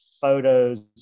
photos